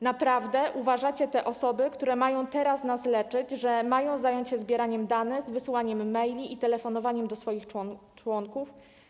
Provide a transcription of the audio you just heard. Naprawdę uważacie, że te osoby, które mają teraz nas leczyć, mają zająć się zbieraniem danych, wysyłaniem maili i telefonowaniem do swoich członków?